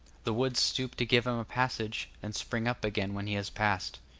the woods stoop to give him a passage, and spring up again when he has passed.